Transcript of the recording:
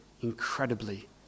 incredibly